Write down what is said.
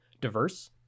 diverse